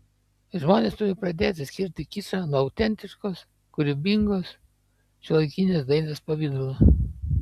žmonės turi pradėti skirti kičą nuo autentiškos kūrybingos šiuolaikinės dailės pavidalų